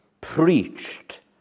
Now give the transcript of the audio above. preached